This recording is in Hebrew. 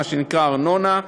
מה שנקרא ארנונה,